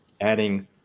adding